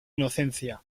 inocencia